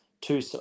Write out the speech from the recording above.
two